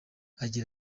agira